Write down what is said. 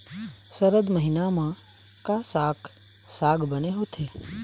सरद महीना म का साक साग बने होथे?